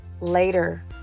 later